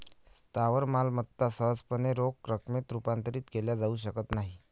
स्थावर मालमत्ता सहजपणे रोख रकमेत रूपांतरित केल्या जाऊ शकत नाहीत